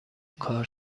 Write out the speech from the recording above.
کار